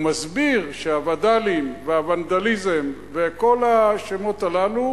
הוא מסביר שהווד"לים והוונדליזם וכל השמות הללו,